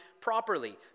properly